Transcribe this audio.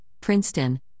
Princeton